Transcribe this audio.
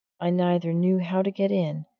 i neither knew how to get in,